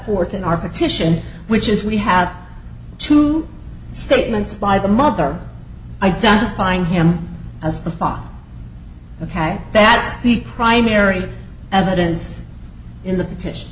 forth in our petition which is we have two statements by the mother identifying him as the father ok that's the primary evidence in the p